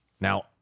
now